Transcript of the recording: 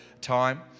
time